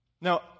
Now